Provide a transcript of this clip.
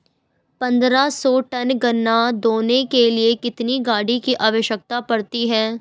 पन्द्रह सौ टन गन्ना ढोने के लिए कितनी गाड़ी की आवश्यकता पड़ती है?